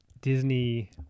Disney